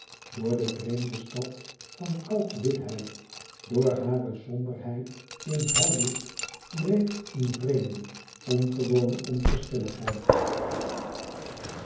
door de vreemde stad van kalkwitheid door hare somberheid in hel licht dreef een vreemde ongewone onverschilligheid